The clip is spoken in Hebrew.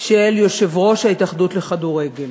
של יושב-ראש ההתאחדות לכדורגל.